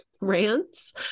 rants